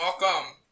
Welcome